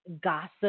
gossip